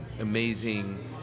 amazing